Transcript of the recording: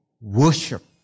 worship